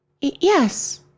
yes